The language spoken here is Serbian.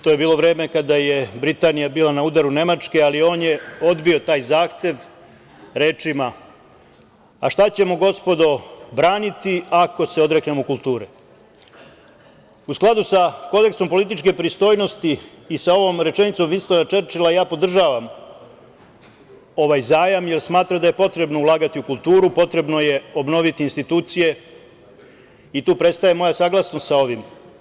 To je bilo vreme kada je Britanija bila na udaru Nemačke, ali on je odbio taj zahtev rečima: „A šta ćemo gospodo braniti ako se odreknemo kulture?“ U skladu sa kodeksom političke pristojnosti i sa ovom rečenicom Vinstona Čerčila, ja podržavam ovaj zajam, jer smatram da je potrebno ulagati u kulturu, potrebno je obnoviti institucije i tu prestaje moja saglasnost sa ovim.